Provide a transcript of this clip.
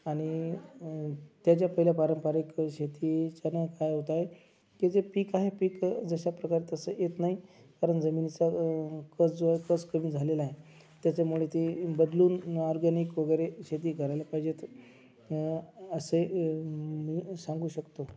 आणि त्या ज्या पहिल्या पारंपरिक शेतीच्यानं काय होतं आहे की जे पीक आहे पीक जशाप्रकारे तसं येत नाही कारण जमिनीचा कस जो आहे कस कमी झालेला आहे त्याच्यामुळे ते बदलून ऑरगॅनिक वगैरे शेती करायला पाहिजेत असं मी सांगू शकतो